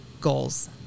goals